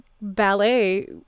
ballet